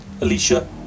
Alicia